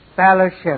Fellowship